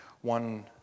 one